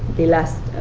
the last